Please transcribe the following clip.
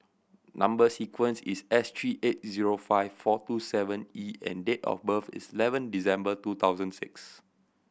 number sequence is S three eight zero five four two seven E and date of birth is eleven December two thousand six